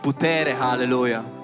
hallelujah